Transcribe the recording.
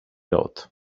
lot